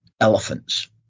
elephants